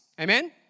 Amen